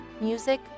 music